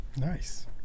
nice